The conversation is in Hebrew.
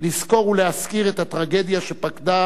לזכור ולהזכיר את הטרגדיה שפקדה